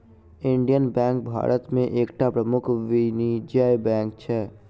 Indian bank Bharat में एकटा प्रमुख वाणिज्य बैंक अछि